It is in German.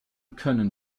können